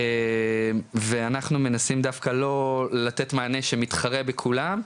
ואנחנו מנסים דווקא לא לתת מענה שמתחרה בכולם,